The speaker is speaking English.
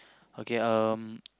okay um